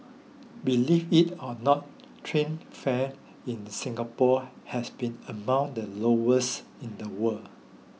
believe it or not train fares in Singapore has been among the lowest in the world